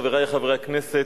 חברי חברי הכנסת,